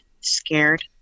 scared